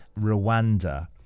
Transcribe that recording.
Rwanda